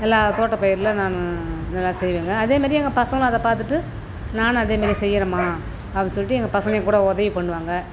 எல்லா தோட்டப்பயிரில் நான் நல்லா செய்வேங்க அதேமாதிரி எங்கள் பசங்களும் அதை பார்த்துட்டு நானும் அதேமாதிரி செய்கிறேன்ம்மா அப்படி சொல்லிட்டு எங்கள் பசங்க எங்கள் கூட உதவி பண்ணுவாங்க